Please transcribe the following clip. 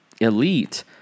elite